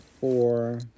four